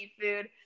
seafood